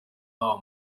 haba